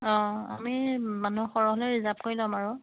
অঁ আমি মানুহ সৰহ হ'লে ৰিজাৰ্ভ কৰি ল'ম আৰু